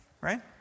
Right